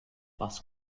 fast